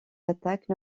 attaques